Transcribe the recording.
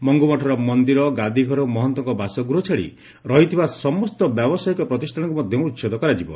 ମଙ୍ଗୁ ମଠର ମନ୍ଦିର ଗାଦିଘର ଓ ମହନ୍ତଙ୍କ ବାସଗୃହ ଛାଡ଼ି ରହିଥିବା ସମସ୍ତ ବ୍ୟାବସାୟିକ ପ୍ରତିଷ୍ଠାନକୁ ମଧ୍ଧ ଉଛେଦ କରାଯିବ